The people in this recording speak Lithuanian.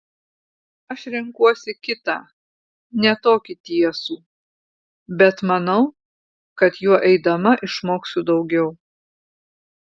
aš renkuosi kitą ne tokį tiesų bet manau kad juo eidama išmoksiu daugiau